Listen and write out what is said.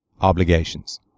obligations